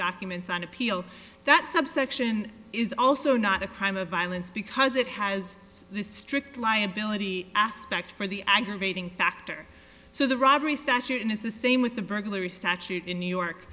documents on appeal that subsection is also not a crime of violence because it has this strict liability aspect for the aggravating factor so the robbery statute is the same with the burglary statute in new york